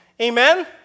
Amen